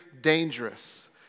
dangerous